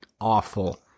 awful